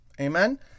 Amen